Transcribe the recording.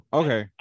okay